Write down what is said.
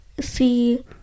see